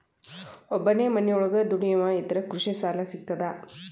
ಒಬ್ಬನೇ ಮನಿಯೊಳಗ ದುಡಿಯುವಾ ಇದ್ರ ಕೃಷಿ ಸಾಲಾ ಸಿಗ್ತದಾ?